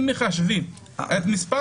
אם מחשבים את מספר